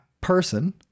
person